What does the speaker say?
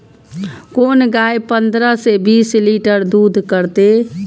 कोन गाय पंद्रह से बीस लीटर दूध करते?